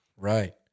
Right